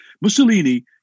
Mussolini